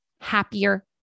happier